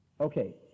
Okay